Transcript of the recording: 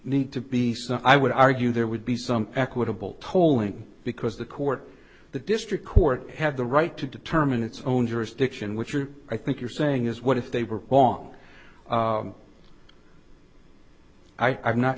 need to be some i would argue there would be some equitable tolling because the court the district court had the right to determine its own jurisdiction which are i think you're saying is what if they were wrong i'm not